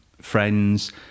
friends